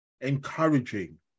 encouraging